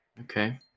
Okay